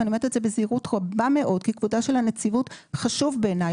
ואני אומרת את זה בזהירות רבה מאוד כי כבודה של הנציבות חשוב בעיניי,